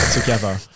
together